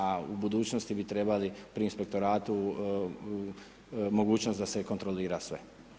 A u budućnosti bi trebali pri inspektoratu mogućnost da se kontrolira sve.